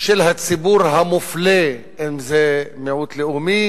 של הציבור המופלה, אם זה מיעוט לאומי